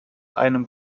einem